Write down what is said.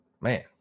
man